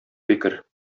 фикер